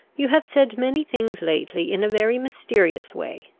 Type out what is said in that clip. you have said many things lately in a very mysterious way,